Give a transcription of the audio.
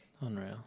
Unreal